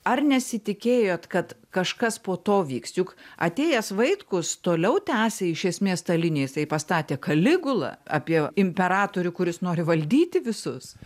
ar nesitikėjot kad kažkas po to vyks juk atėjęs vaitkus toliau tęsė iš esmės tą liniją jisai pastatė kaligulą apie imperatorių kuris nori valdyti visus